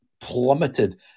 plummeted